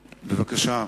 בבקשה.